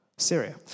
Syria